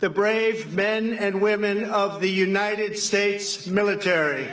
the brave men and women of the united states military